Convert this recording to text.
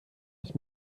ich